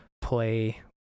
play